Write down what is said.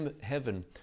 heaven